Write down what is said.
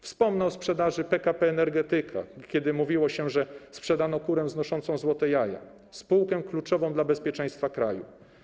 Wspomnę o sprzedaży PKP Energetyka, kiedy mówiło się, że sprzedano kurę znoszącą złote jaja, spółkę kluczową dla bezpieczeństwa kraju.